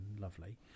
lovely